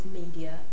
media